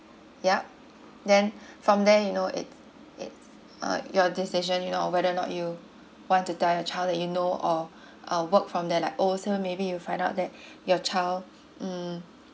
yup then from there you know it it uh your decision you know on whether or not you want to tell your child that you know or uh work from there like oh so maybe you find out that your child mm